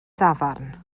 dafarn